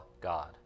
God